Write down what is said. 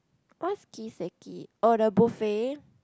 what's Kiseki oh the buffet